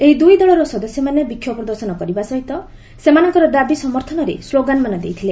ଏହି ଦୁଇ ଦଳର ସଦସ୍ୟମାନେ ବିକ୍ଷୋଭ ପ୍ରଦର୍ଶନ କରିବା ସହିତ ସେମାନଙ୍କର ଦାବି ସମର୍ଥନରେ ସ୍କୋଗାନମାନ ଦେଇଥିଲେ